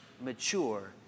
mature